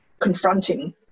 confronting